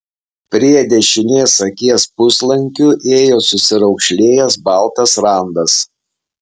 prie dešinės akies puslankiu ėjo susiraukšlėjęs baltas randas